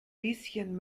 lieschen